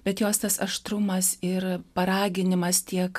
bet jos tas aštrumas ir paraginimas tiek